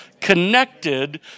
connected